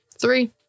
Three